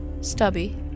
Stubby